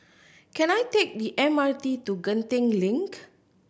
can I take the M R T to Genting Link